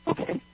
Okay